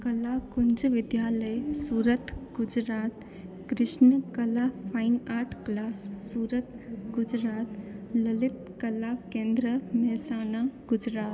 कलाकुंज विद्यालय Surat Gujarat Krishna Kala fine art class Surat Gujarat Lalit Kala Kendra Mehsana Gujarat